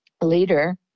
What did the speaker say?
leader